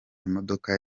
imodoka